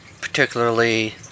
particularly